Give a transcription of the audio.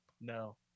No